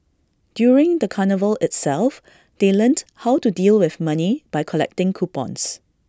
during the carnival itself they learnt how to deal with money by collecting coupons